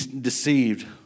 deceived